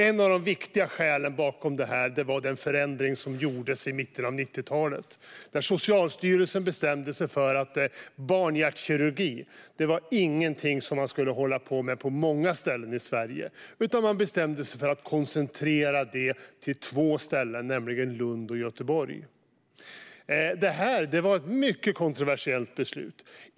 Ett av de viktiga skälen till detta var den förändring som gjordes i mitten av 1990-talet. Då bestämde Socialstyrelsen att barnhjärtkirurgi inte var någonting som man skulle hålla på med på många ställen i Sverige. Socialstyrelsen bestämde därför att koncentrera den till två ställen, nämligen Lund och Göteborg. Detta var ett mycket kontroversiellt beslut.